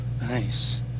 nice